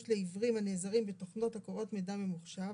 לעיוורים הנעזרים בתוכנות הקוראות מידע ממוחשב,